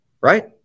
Right